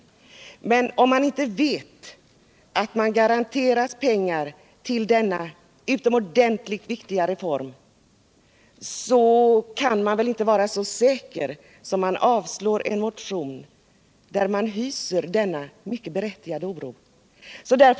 Hur kan man, om man inte vet att pengar kommer att garanteras till denna utomordentligt viktiga reform, vara så säker att man avstyrker en motion, där en mycket berättigad oro på den punkten förs fram?